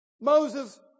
Moses